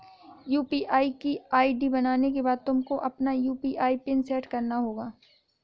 UPI की ID बनाने के बाद तुमको अपना यू.पी.आई पिन सैट करना होगा